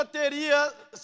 teria